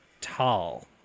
Tall